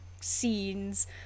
scenes